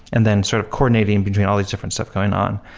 and then sort of coordinating between all these different stuff going on.